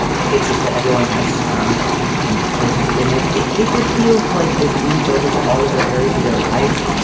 it's just that everyone has no um you know choices that they make. if it feels like this bleeds over to all other areas of their lives.